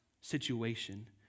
situation